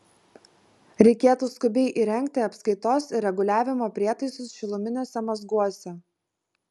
reikėtų skubiai įrengti apskaitos ir reguliavimo prietaisus šiluminiuose mazguose